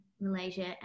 Malaysia